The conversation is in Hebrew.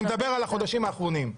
אני מדבר על החודשים האחרונים,